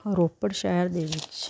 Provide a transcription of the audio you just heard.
ਰੋਪੜ ਸ਼ਹਿਰ ਦੇ ਵਿੱਚ